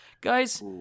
Guys